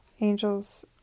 Angels